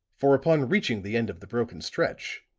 for upon reaching the end of the broken stretch,